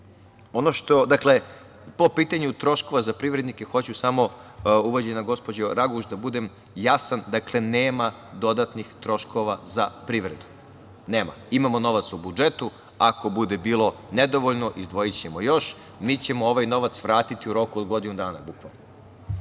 ovog zakona. Po pitanju troškova za privrednike hoću samo, uvažena gospođo Raguš, da budem jasan. Dakle, nema dodatnih troškova za privredu, nema. Imamo novac u budžetu, ako bude bilo nedovoljno izdvojićemo još. Mi ćemo ovaj novac vratiti u roku od godinu dana bukvalno